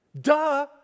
Duh